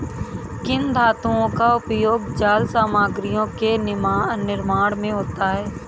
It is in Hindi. किन धातुओं का उपयोग जाल सामग्रियों के निर्माण में होता है?